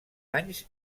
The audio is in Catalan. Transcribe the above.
anys